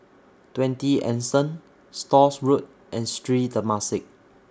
twenty Anson Stores Road and Street Temasek